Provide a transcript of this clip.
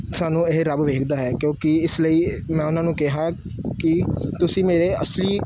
ਸਾਨੂੰ ਇਹ ਰੱਬ ਵੇਖਦਾ ਹੈ ਕਿਉਂਕਿ ਇਸ ਲਈ ਮੈਂ ਉਹਨਾਂ ਨੂੰ ਕਿਹਾ ਕਿ ਤੁਸੀਂ ਮੇਰੇ ਅਸਲੀ